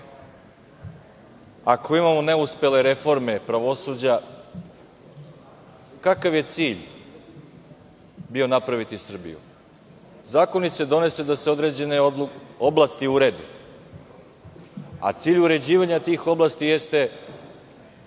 ako imamo neuspele reforme pravosuđa, kakav je cilj bio napraviti Srbiju? Zakoni se donose da se određene oblasti urede, a cilj uređivanja tih oblasti je